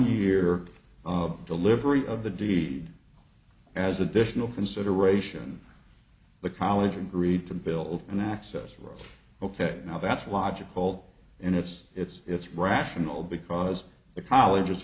year of delivery of the deed as additional consideration the college agreed to build an access road ok now that's logical and it's it's it's rational because the college